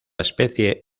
especie